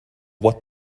what